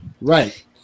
Right